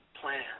plan